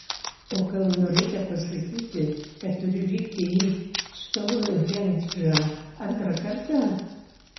o gal norėta pasakyti kad turiu vykti į stounhendžą antrą kartą